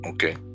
Okay